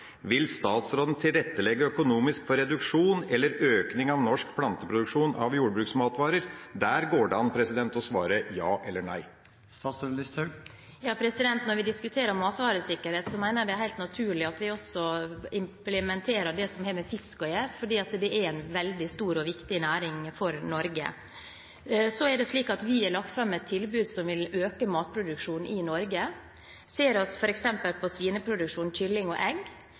Vil statsråden tilrettelegge økonomisk for reduksjon eller økning av norsk planteproduksjon av jordbruksmatvarer? Der går det an å svare ja eller nei. Når vi diskuterer matvaresikkerhet, mener jeg det er helt naturlig at vi også implementerer det som har med fisk å gjøre, for det er en veldig stor og viktig næring for Norge. Vi har lagt fram et tilbud som vil øke matproduksjonen i Norge. Ser vi f.eks. på svine-, kylling- og